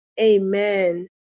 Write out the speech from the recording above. Amen